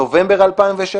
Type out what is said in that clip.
נובמבר 2016,